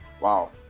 Wow